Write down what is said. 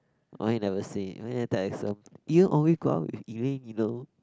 why you never say you always go out with Elaine you know